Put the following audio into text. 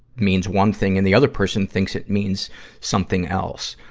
means one thing and the other person thinks it means something else.